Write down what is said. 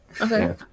okay